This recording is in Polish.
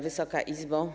Wysoka Izbo!